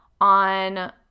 on